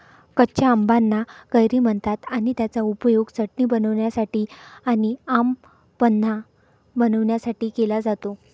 कच्या आंबाना कैरी म्हणतात आणि त्याचा उपयोग चटणी बनवण्यासाठी आणी आम पन्हा बनवण्यासाठी केला जातो